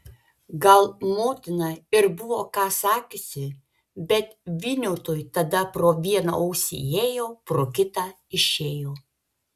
gal motina ir buvo ką sakiusi bet vyniautui tada pro vieną ausį įėjo pro kitą išėjo